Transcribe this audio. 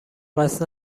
قصد